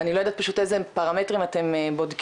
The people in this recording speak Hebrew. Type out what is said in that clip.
אני לא יודעת פשוט איזה פרמטרים אתם בודקים,